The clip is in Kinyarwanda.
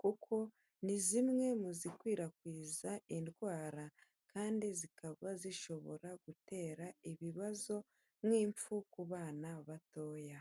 kuko ni zimwe mu zikwirakwiza indwara kandi zikaba zishobora gutera ibibazo nk'impfu ku bana batoya.